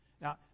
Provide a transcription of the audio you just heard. Now